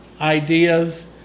ideas